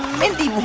mindy,